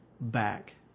back